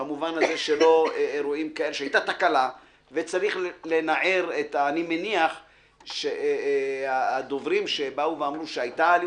היתה תקלה ואני מניח שהדוברים שאמרו שהיתה אלימות,